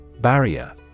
Barrier